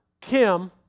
Kim